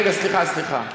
רגע, סליחה, סליחה.